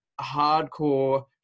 hardcore